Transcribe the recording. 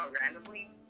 Randomly